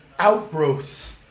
outgrowths